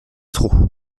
trop